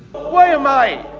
why am i